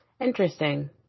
Interesting